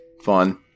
fun